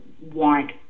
want